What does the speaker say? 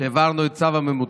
שהעברנו את צו הממותקים.